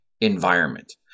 environment